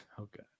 Okay